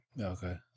Okay